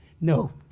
No